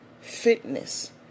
fitness